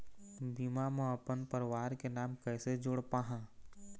बीमा म अपन परवार के नाम कैसे जोड़ पाहां?